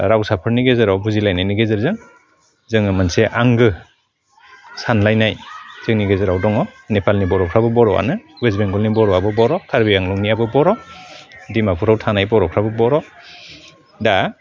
रावसाफोरनि गेजेराव बुजिलायनायनि गेजेरजों जोङो मोनसे आंगो सानलायनाय जोंनि गेजेराव दङ नेपालनि बर'फ्राबो बर'आनो वेस्ट बेंगलनि बर'आबो बर' कार्बि आंलंनियाबो बर' डिमापुराव थानाय बर'फ्राबो बर' दा